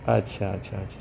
अछा अछा अछा